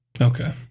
Okay